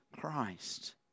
Christ